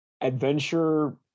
adventure